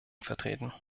vertreten